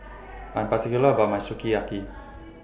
I'm particular about My Sukiyaki